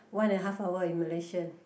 one and half hour in Malaysian